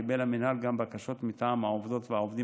קיבל המינהל גם בקשות מטעם העובדות והעובדים